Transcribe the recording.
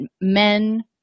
men